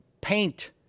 paint